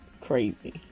crazy